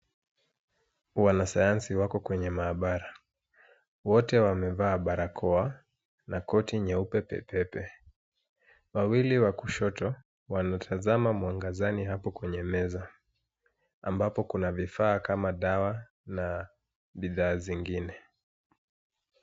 Wanasayansi wako kwenye maabara. Wote wamevaa barakoa na koti nyeupe pepepe. Wawili wa kushoto wanatazama mwangazani hapo kwenye meza ambapo kuna vifaa kama dawa na bidhaa zingine.